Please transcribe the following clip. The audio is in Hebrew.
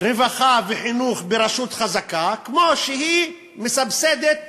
כמו שהיא מסבסדת